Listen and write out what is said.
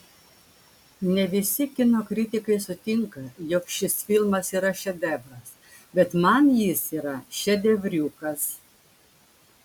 ne visi kino kritikai sutinka jog šis filmas yra šedevras bet man jis yra šedevriukas